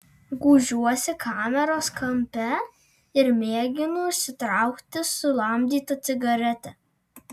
gūžiuosi kameros kampe ir mėginu užsitraukti sulamdytą cigaretę